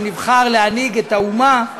שנבחר להנהיג את האומה,